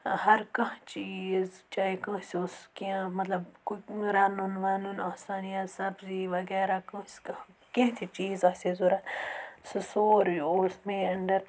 ہر کانٛہہ چیٖز چاہے کٲنٛسہِ اوس کینٛہہ مطلب کُک رَنُن وَنُن آسان یا سَبزی وغیرہ کٲنٛسہِ کانٛہہ کینٛہہ تہِ چیٖز آسہِ ہے ضوٚرَتھ سُہ سورُے اوس میٚیہِ اَنٛڈَر